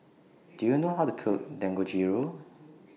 Do YOU know How to Cook Dangojiru